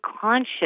conscious